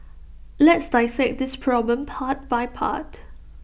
let's dissect this problem part by part